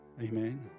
Amen